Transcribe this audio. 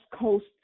Coast